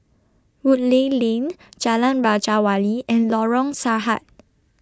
Woodleigh Lane Jalan Raja Wali and Lorong Sarhad